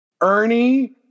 Ernie